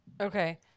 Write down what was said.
okay